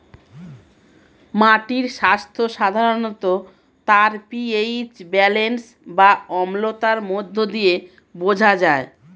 মাটির স্বাস্থ্য সাধারণত তার পি.এইচ ব্যালেন্স বা অম্লতার মধ্য দিয়ে বোঝা যায়